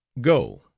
go